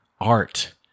art